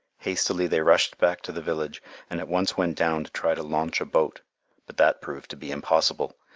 hastily they rushed back to the village and at once went down to try to launch a boat, but that proved to be impossible.